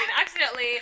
Accidentally